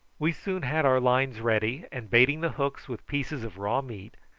we soon had our lines ready, and baiting the hooks with pieces of raw meat,